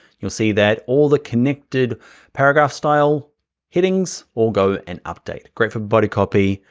you'll see that all the connected paragraph style headings all go and update. great for body copy,